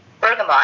bergamot